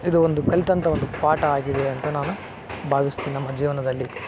ಇದು ಒಂದು ಕಲಿತಂಥ ಒಂದು ಪಾಠ ಆಗಿದೆ ಅಂತ ನಾನು ಭಾವಿಸ್ತೀನಿ ನಮ್ಮ ಜೀವನದಲ್ಲಿ